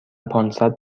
پانصد